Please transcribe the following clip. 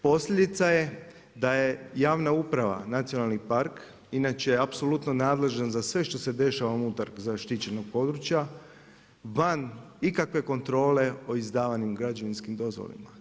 Posljedica je da je javna uprava nacionalni park inače apsolutno nadležna za sve što se dešava unutar zaštićenog područja van ikakve kontrole o izdavanim građevinskim dozvolama.